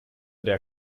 der